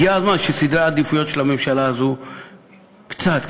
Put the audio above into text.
הגיע הזמן שסדרי העדיפויות של הממשלה הזאת, קצת,